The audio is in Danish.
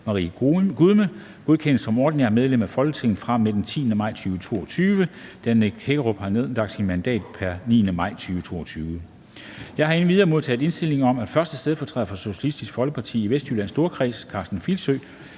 Maria Gudme, godkendes som ordinært medlem af Folketinget fra og med den 10. maj 2022, da Nick Hækkerup har nedlagt sit mandat pr. 9. maj 2022. Jeg har endvidere modtaget indstilling om, at første stedfortræder for Socialistisk Folkeparti i Vestjyllands Storkreds, Karsten Filsø,